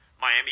Miami